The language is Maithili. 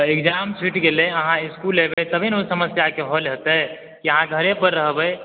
तऽ इग्ज़ैम छूटि गेलै अहाँ इस्कुल एबै तभी ने ओ समस्याके हल हेतै की अहाँ घरेपर रहबै